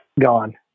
gone